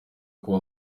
kuba